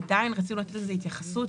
עדיין רצינו לתת לזה התייחסות,